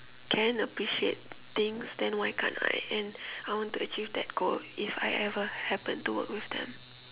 can appreciate things then why can't I and I want to achieve that goal if I ever happen to work with them